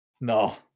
No